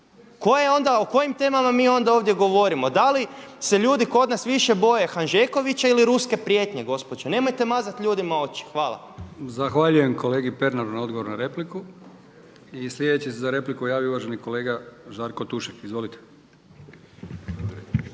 ovdje pričamo? O kojim temama mi onda ovdje govorimo? Da li se ljudi kod nas više boje Hanžekovića ili ruske prijetnje gospođo? Nemojte mazati ljudima oči. Hvala. **Brkić, Milijan (HDZ)** Zahvaljujem kolegi Pernaru na odgovoru na repliku. Sljedeći se za repliku javio uvaženi kolega Žarko Tušek, izvolite.